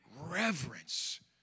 reverence